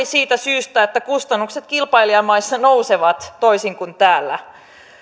siitä syystä että kustannukset kilpailijamaissa nousevat toisin kuin täällä